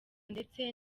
ndetse